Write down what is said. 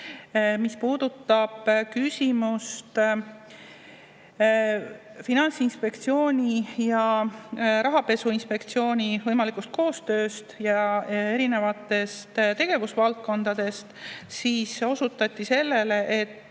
Mis puudutab küsimust Finantsinspektsiooni ja rahapesuinspektsiooni võimalikust koostööst ja erinevatest tegevusvaldkondadest, siis osutati sellele, et